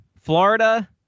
Florida